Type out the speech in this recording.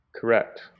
Correct